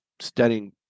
studying